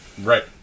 Right